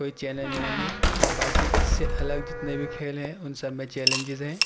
کوئی چیلنج نہیں ہے باقی اس سے الگ جتنے بھی کھیل ہیں ان سب میں چیلنجز ہیں